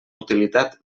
utilitat